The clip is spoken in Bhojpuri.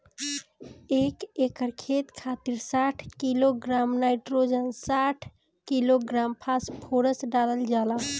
एक एकड़ खेत खातिर साठ किलोग्राम नाइट्रोजन साठ किलोग्राम फास्फोरस डालल जाला?